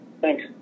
Thanks